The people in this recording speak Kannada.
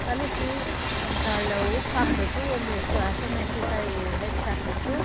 ಕಳಿಶಿ ಒಂದು ತಳ್ ಉಪ್ಪು ಹಾಕಬೇಕು ಒಂದಿಷ್ಟು ಹಸಿಮೆಣ್ಶಿನ್ಕಾಯಿ ಹೆಚ್ಚಿ ಹಾಕಬೇಕು